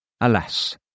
alas